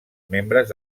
membres